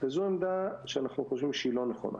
זו עמדה שאנחנו חושבים שהיא לא נכונה,